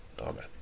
amen